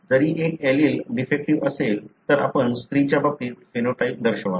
जरी एक allele defective असेल तर आपण स्त्रीच्या बाबतीत फेनोटाइप दर्शवाल